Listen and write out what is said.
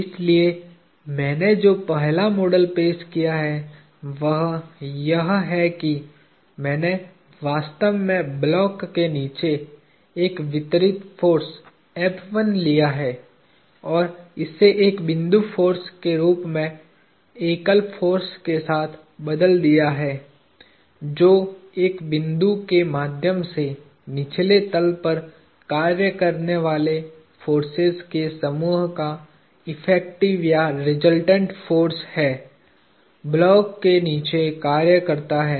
इसलिए मैंने जो पहला मॉडल पेश किया है वह यह है कि मैंने वास्तव में ब्लॉक के नीचे एक वितरित फोर्स लिया है और इसे एक बिंदु फोर्स के रूप में एकल फोर्स के साथ बदल दिया है जो एक बिंदु के माध्यम से निचले तल पर कार्य करने वाले फोर्सेज के समूह का इफेक्टिव या रिजल्टेंट फोर्स है ब्लॉक के नीचे कार्य करता है